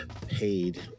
paid